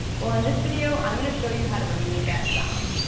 well in this video i'm gonna show you how to remove that sound.